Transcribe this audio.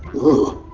ooh!